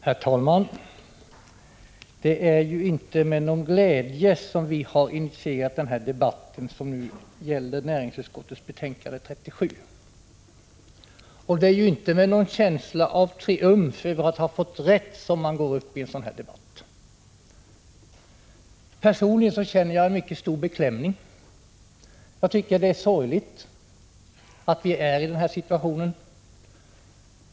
Herr talman! Det är inte med någon glädje som vi har initierat den här debatten, som gäller näringsutskottets betänkande 37. Det är inte med någon känsla av triumf över att ha fått rätt som man går upp i en sådan här debatt. Personligen känner jag en mycket stor beklämning. Jag tycker att det är sorgligt att vi är i den här situationen.